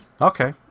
Okay